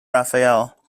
raphael